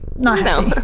not happy. um but